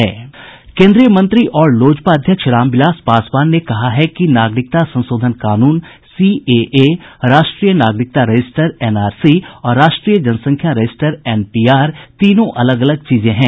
केन्द्रीय मंत्री और लोजपा अध्यक्ष रामविलास पासवान ने कहा है कि नागरिकता संशोधन कानून सीएए राष्ट्रीय नागरिकता रजिस्टर एनआरसी और राष्ट्रीय जनसंख्या रजिस्टर एनपीआर तीनों अलग अलग चीजें हैं